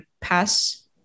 pass